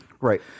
Right